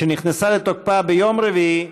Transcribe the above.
שנכנסה לתוקפה ביום רביעי ה'